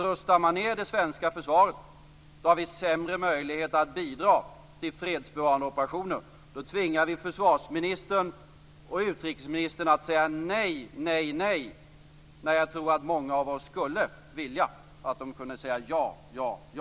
Rustar man ned det svenska försvaret har vi sämre möjlighet att bidra till fredsbevarande operationer. Då tvingar vi försvarsministern och utrikesministern att säga nej, nej, nej när jag tror att många av oss skulle vilja att de kunde säga ja, ja, ja.